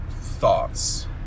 thoughts